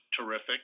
terrific